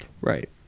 right